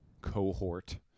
cohort